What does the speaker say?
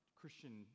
christian